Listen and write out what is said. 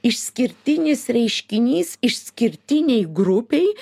išskirtinis reiškinys išskirtinei grupei